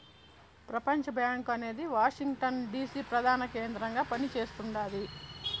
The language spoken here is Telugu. ప్రపంచబ్యాంకు అనేది వాషింగ్ టన్ డీసీ ప్రదాన కేంద్రంగా పని చేస్తుండాది